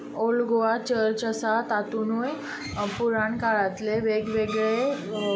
old Goa church आसा तांतुनूय पुराण काळांतले वेगवेगळे